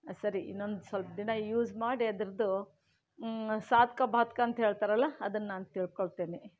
ಸರಿ ಇನ್ನೊಂದು ಸ್ವಲ್ಪ ದಿನ ಯೂಸ್ ಮಾಡಿ ಅದರದ್ದು ಸಾಧಕ ಭಾದಕ ಅಂತ ಹೇಳ್ತಾರಲ್ಲ ಅದನ್ನ ನಾನು ತಿಳ್ಕೊಳ್ತೀನಿ